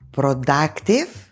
productive